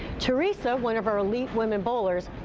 theresa, one of our elite women bowlers,